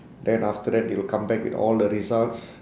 then after that they will come back with all the results